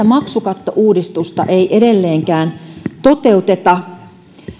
maksukattouudistusta ei edelleenkään toteuteta